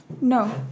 No